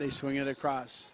they swing it across